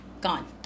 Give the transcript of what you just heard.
gone